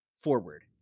forward